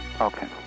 Okay